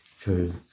true